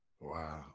Wow